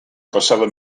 passava